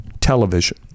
Television